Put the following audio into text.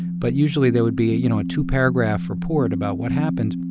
but usually there would be, you know, a two-paragraph report about what happened.